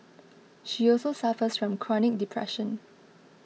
she also suffers from chronic depression